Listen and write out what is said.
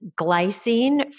glycine